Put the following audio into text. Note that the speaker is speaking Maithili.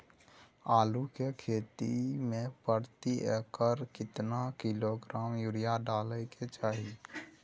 आलू के खेती में प्रति एकर केतना किलोग्राम यूरिया डालय के चाही?